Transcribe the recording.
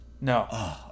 No